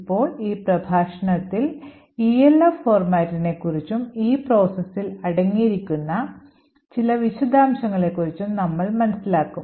ഇപ്പോൾ ഈ പ്രഭാഷണത്തിൽൽ ELF ഫോർമാറ്റിനെക്കുറിച്ചും ഈ പ്രോസസ്സിൽ അടങ്ങിയിരിക്കുന്ന ചില വിശദാംശങ്ങളെക്കുറിച്ചും നമ്മൾ മനസ്സിലാക്കും